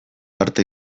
arte